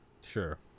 Sure